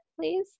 please